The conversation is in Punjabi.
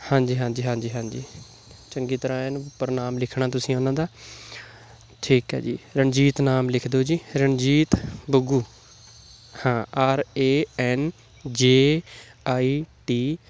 ਹਾਂਜੀ ਹਾਂਜੀ ਹਾਂਜੀ ਹਾਂਜੀ ਚੰਗੀ ਤਰ੍ਹਾਂ ਐਨ ਉੱਪਰ ਨਾਮ ਲਿਖਣਾ ਤੁਸੀਂ ਉਹਨਾਂ ਦਾ ਠੀਕ ਹੈ ਜੀ ਰਣਜੀਤ ਨਾਮ ਲਿਖ ਦਿਓ ਜੀ ਰਣਜੀਤ ਬੱਗੂ ਹਾਂ R A N J I T